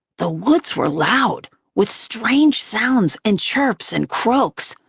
the woods were loud with strange sounds and chirps and croaks,